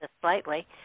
slightly